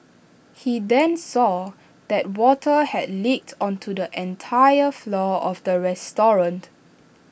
he then saw that water had leaked onto the entire floor of the restaurant